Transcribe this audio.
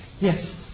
Yes